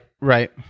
right